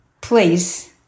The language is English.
place